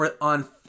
on